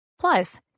Plus